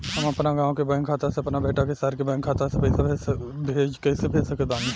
हम अपना गाँव के बैंक खाता से अपना बेटा के शहर के बैंक खाता मे पैसा कैसे भेज सकत बानी?